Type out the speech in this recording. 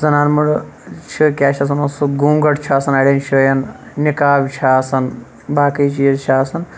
زَنان موٚڑ چھِ کیاہ چھِ اَتھ وَنان سُہ گونٛگَٹ چھُ آسان اَڑٮ۪ن جایَن نِقاب چھُ آسان باقی چیٖز چھِ آسان